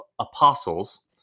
apostles